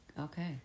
Okay